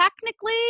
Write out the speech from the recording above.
technically